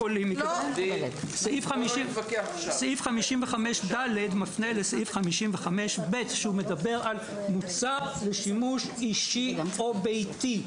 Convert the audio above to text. סעיף 55ד' מפנה לסעיף 55ב' שהוא מדבר על מוצר לשימוש אישי או ביתי.